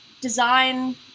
design